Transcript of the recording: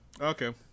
Okay